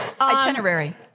itinerary